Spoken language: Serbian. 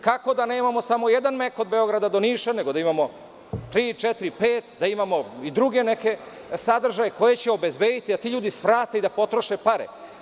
Kako da nemamo samo jedan „Mek“ od Beograda do Niša, nego da imamo tri, četiri pet, da imamo i druge neke sadržaje koji će obezbediti da ti ljudi svrate i da potroše pare.